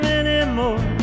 anymore